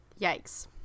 yikes